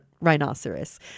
rhinoceros